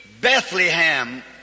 Bethlehem